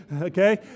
Okay